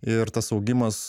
ir tas augimas